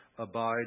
Abide